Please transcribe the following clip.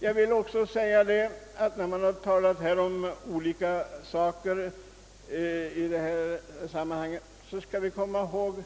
Jag vill också erinra kammarens ledamöter om hur rättsförhållandena tidigare gestaltade sig på detta område.